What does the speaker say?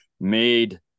made